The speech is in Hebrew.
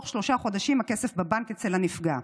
ותוך שלושה חודשים הכסף בבנק אצל הנפגע.